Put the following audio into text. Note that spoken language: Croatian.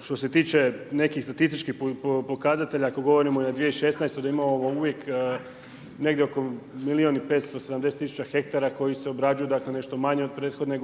što se tiče nekih statističkih pokazatelja, ako govorimo na 2016. da imamo uvijek negdje oko milijun i 570 tisuća hektara koji se obrađuju nešto manje od prethodne g.